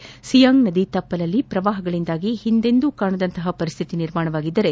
ಸಿಯಾಂಗ್ ಸಿಯಾಂಗ್ ನದಿ ತಪ್ಪಲಿನಲ್ಲಿ ಪ್ರವಾಹಗಳಿಂದಾಗಿ ಹಿಂದೆಂದೂ ಕಾಣದ ಪರಿಸ್ಥಿತಿ ನಿರ್ಮಾಣವಾಗಿದ್ದರೆ